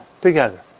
Together